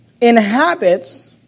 inhabits